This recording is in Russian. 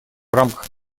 рамках